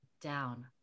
down